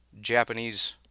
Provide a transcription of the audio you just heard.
Japanese